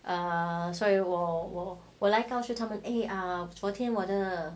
err sorry 我我我来告诉他们 eh 昨天我的